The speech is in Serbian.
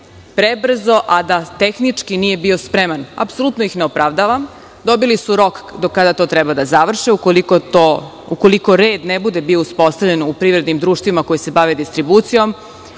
prebrzo, a da tehnički nije bio spreman. Apsolutno ih ne opravdavam, dobili su rok do kada to treba da završe, ukoliko red ne bude uspostavljen u privrednim društvima koji se bave distribucijom,